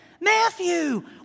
Matthew